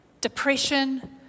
depression